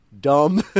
dumb